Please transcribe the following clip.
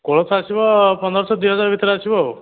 କୋଳଥ ଆସିବ ପନ୍ଦରଶହ ଦୁଇ ହଜାର ଭିତରେ ଆସିବ ଆଉ